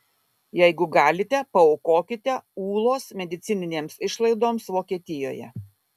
jeigu galite paaukokite ūlos medicininėms išlaidoms vokietijoje